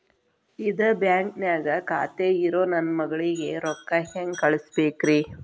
ಇದ ಬ್ಯಾಂಕ್ ನ್ಯಾಗ್ ಖಾತೆ ಇರೋ ನನ್ನ ಮಗಳಿಗೆ ರೊಕ್ಕ ಹೆಂಗ್ ಕಳಸಬೇಕ್ರಿ?